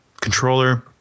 controller